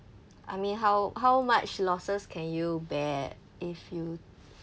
I mean how how much losses can you bear if you